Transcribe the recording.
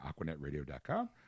AquanetRadio.com